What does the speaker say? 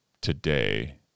today